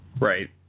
Right